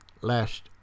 last